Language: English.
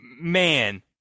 man